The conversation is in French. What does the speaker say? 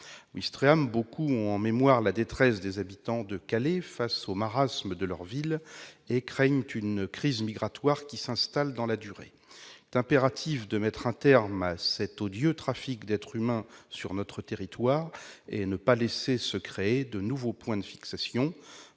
Ouistreham, beaucoup ont en mémoire la détresse des habitants de Calais face au marasme de leur ville et craignent une crise migratoire qui s'installe dans la durée. Il est impératif de mettre un terme à cet odieux trafic d'êtres humains sur notre territoire et de ne pas laisser se créer de nouveaux points de fixation.